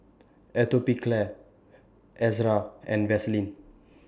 Atopiclair Ezerra and Vaselin